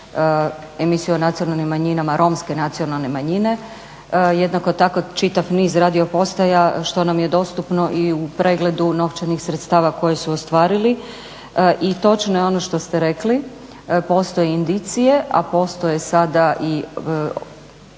emisiju o nacionalnim manjinama, romske nacionalne manjine. Jednako tako čitav niz radiopostaja što nam je dostupno i u pregledu novčanih sredstava koje su ostvarili. I točno je ono što ste rekli. Postoje indicije, a postoje sada i kao što